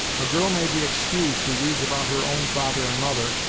a girl may be excused, who reads about her own father and mother,